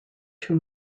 two